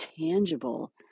tangible